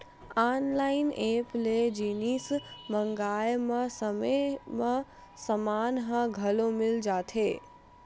online app ले जिनिस मंगाए म समे म समान ह घलो मिल जाथे